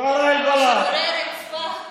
אתה מכיר את זה?) ח"כים שהם משוררי המלך.